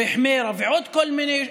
וחמר ועוד כל מיני,